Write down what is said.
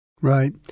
Right